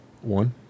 One